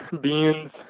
beans